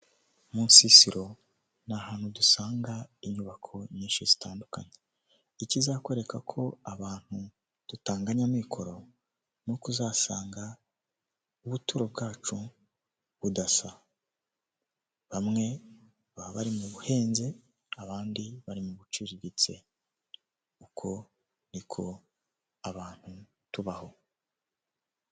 Mu nsisiro ni ahantu dusanga inyubako nyinshi zitandukanye, ikizakwereka ko abantu tutangaganya amikoro ni uko uzasanga ubuturo bwacu budasa bamwe baba bari mu buhinzi abandi bari mu buciriritse uko niko abantu tubaho.